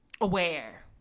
aware